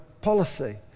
policy